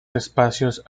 espacios